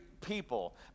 people